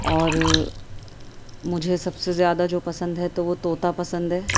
اور مجھے سب سے زیادہ جو پسند ہے تو وہ طوطا پسند ہے